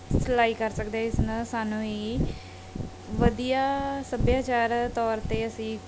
ਸਿਲਾਈ ਕਰ ਸਕਦੇ ਇਸ ਨਾ ਸਾਨੂੰ ਇਹ ਵਧੀਆ ਸੱਭਿਆਚਾਰ ਤੌਰ 'ਤੇ ਅਸੀਂ